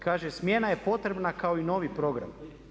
Kaže, smjena je potrebna kao i novi program.